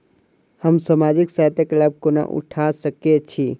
हम सामाजिक सहायता केँ लाभ कोना उठा सकै छी?